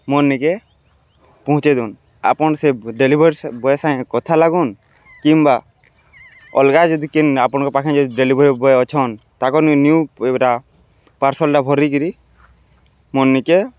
ମୋର୍ନିକେ ପହଞ୍ଚେଇ ଦଉନ୍ ଆପଣ୍ ସେ ଡେଲିଭରି ବଏ ସାଙ୍ଗେ କଥା ଲାଗନ୍ କିମ୍ବା ଅଲ୍ଗା ଯଦି କେନ୍ ଆପଣଙ୍କ ପାଖେ ଯଦି ଡେଲିଭରି ବଏ ଅଛନ୍ ତାକର୍ନିକେ ନିୟୁ ଇଟା ପାର୍ସଲ୍ଟା ଭରିିକିରି ମୋର୍ନିକେ